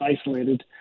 isolated